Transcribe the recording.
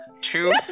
Two